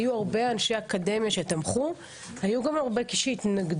היו הרבה אנשי אקדמיה שתמכו, היו גם הרבה שהתנגדו.